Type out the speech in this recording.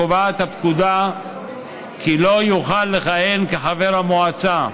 קובעת הפקודה כי לא יוכל לכהן כחבר מועצה,